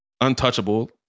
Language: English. Untouchable